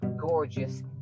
gorgeous